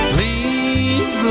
Please